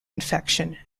infection